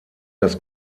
das